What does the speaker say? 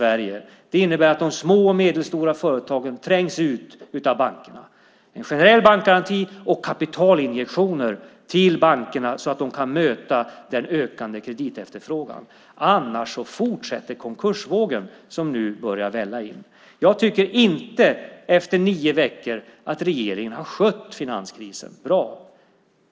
Det innebär att de små och medelstora företagen trängs ut av bankerna. Det ska vara en generell bankgaranti och kapitalinjektioner till bankerna så att de kan möta den ökande kreditefterfrågan. Annars fortsätter konkursvågen som nu börjar välla in. Jag tycker inte efter nio veckor att regeringen har skött finanskrisen bra.